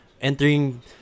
Entering